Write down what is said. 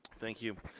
thank you.